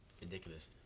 Ridiculous